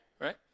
Right